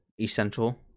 essential